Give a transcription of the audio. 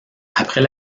après